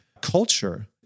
culture